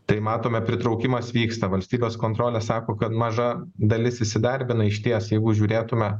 tai matome pritraukimas vyksta valstybės kontrolė sako kad maža dalis įsidarbina išties jeigu žiūrėtume